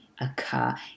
occur